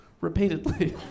Repeatedly